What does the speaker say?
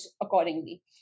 accordingly